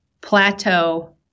plateau